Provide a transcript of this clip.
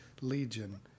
Legion